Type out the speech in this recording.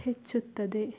ಹೆಚ್ಚುತ್ತದೆ